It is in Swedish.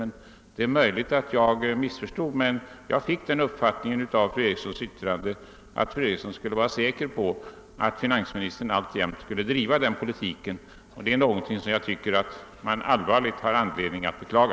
Det är möjligt att jag missförstod detta, men jag fick den uppfattningen av fru Erikssons yttrande att fru Eriksson skulle vara säker på att finansministern alltjämt skulle driva den politiken, och det är någonting som jag tycker man har anledning att beklaga.